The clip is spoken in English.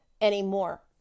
anymore